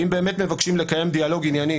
ואם באמת מבקשים לקיים דיאלוג ענייני